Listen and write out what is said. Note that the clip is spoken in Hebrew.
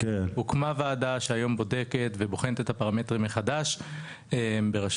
הוקמה ועדה שהיום בודקת ובוחנת את הפרמטרים מחדש בראשות